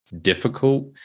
difficult